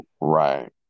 right